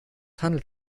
handelt